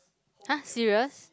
!huh! serious